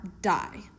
Die